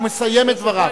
הוא מסיים את דבריו.